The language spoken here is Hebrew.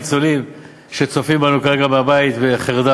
בדברי ההסבר בשביל הניצולים שצופים בנו כרגע מהבית בחרדה